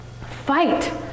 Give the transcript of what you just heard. Fight